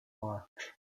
march